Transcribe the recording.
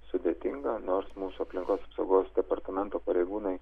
sudėtinga nors mūsų aplinkos apsaugos departamento pareigūnai